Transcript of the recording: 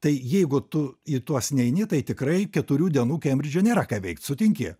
tai jeigu tu į tuos neini tai tikrai keturių dienų kembridže nėra ką veikt sutinki